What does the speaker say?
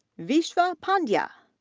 vishva pandya,